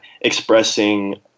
expressing